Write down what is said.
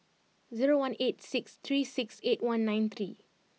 zero one eight six three six eight one nine three